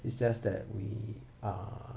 it's just that we are